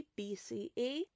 BCE